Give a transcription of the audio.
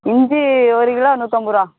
இஞ்சி ஒரு கிலோ நூற்றைம்பதுருவா